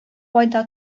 кайда